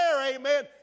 amen